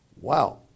Wow